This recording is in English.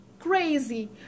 crazy